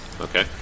Okay